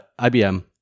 IBM